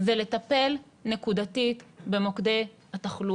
זה לטפל נקודתית במוקדי התחלואה,